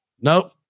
Nope